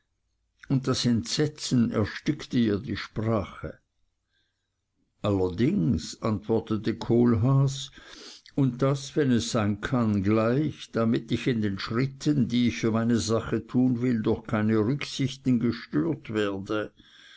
und das entsetzen erstickte ihr die sprache allerdings antwortete kohlhaas und das wenn es sein kann gleich damit ich in den schritten die ich für meine sache tun will durch keine rücksichten gestört werde